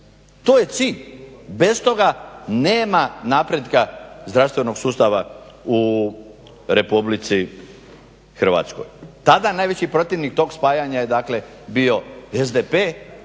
To je cilj. Bez toga nema napretka zdravstvenog sustava u RH. Tada najveći protivnik tog spajanja je dakle bio SDP